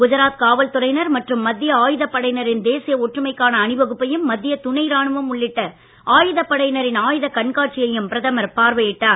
குஜராத் காவல்துறையினர் மற்றும் மத்திய ஆயுத படையினரின் தேச ஒற்றுமைக்கான அணிவகுப்பையும் மத்திய துணை ராணுவம் உள்ளிட்ட ஆயுத படையினரின் ஆயுத கண்காட்சியையும் பிரதமர் பார்வையிட்டார்